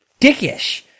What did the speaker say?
dickish